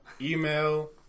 Email